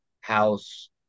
house